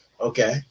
Okay